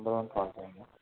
అందులో పోతాయండి